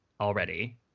already